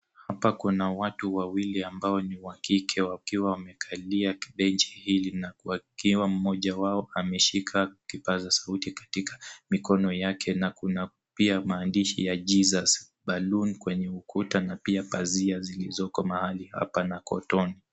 Hapa my a watu wawili ambao ni wa kike wakiwa wamekalia benchi hili na wakiwa mmoja wao ameshika kipaza sauti katika mikono yake na kuna pia maandishi ya Jesus balloon kwenye ukuta na pia pazia zilizoko mahali hapa na kotoni.